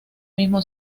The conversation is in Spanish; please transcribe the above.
mismo